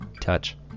touch